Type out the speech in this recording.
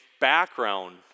background